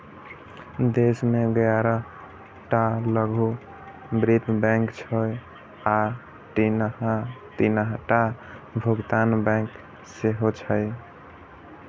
देश मे ग्यारह टा लघु वित्त बैंक छै आ तीनटा भुगतान बैंक सेहो छै